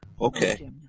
Okay